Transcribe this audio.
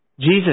Jesus